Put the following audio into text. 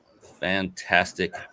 fantastic